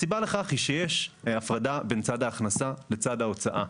הסיבה לכך היא שיש הפרדה בין צד ההכנסה לצד ההוצאה.